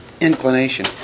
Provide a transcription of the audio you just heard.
inclination